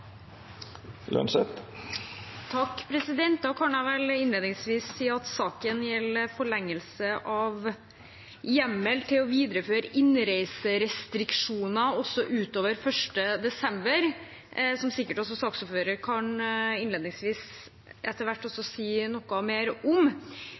Lønseth. – Det er alltid ein fordel å vera på plass. Da kan jeg vel innledningsvis si at saken gjelder forlengelse av hjemmel til å videreføre innreiserestriksjoner utover 1. desember, som sikkert også saksordføreren etter hvert